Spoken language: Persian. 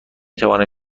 توانم